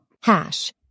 hash